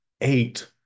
eight